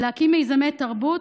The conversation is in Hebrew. להקים מיזמי תרבות,